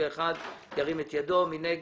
מי נגד?